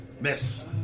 Miss